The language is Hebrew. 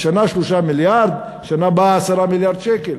השנה 3 מיליארד, בשנה הבאה 10 מיליארד שקל.